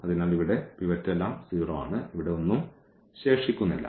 അതിനാൽ ഇവിടെ പിവറ്റ് എല്ലാം 0 ആണ് ഇവിടെ ഒന്നും ശേഷിക്കുന്നില്ല